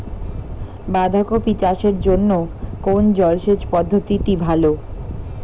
বাঁধাকপি চাষের জন্য কোন জলসেচ পদ্ধতিটি ভালো?